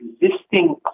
existing